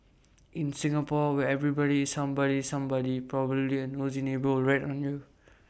in Singapore where everybody somebody's somebody probably A nosy neighbour will rat on you